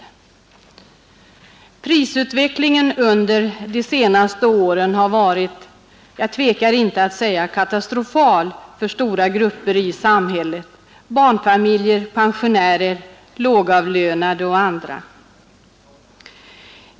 Prisutvecklingen under de senaste åren har varit — jag tvekar inte att säga det — katastrofal för stora grupper i samhället: barnfamiljer, pensionärer, lågavlönade och andra.